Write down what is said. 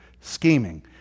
scheming